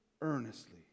earnestly